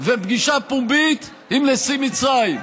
ופגישה פומבית עם נשיא מצרים.